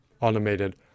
automated